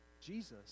Jesus